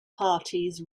parties